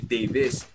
Davis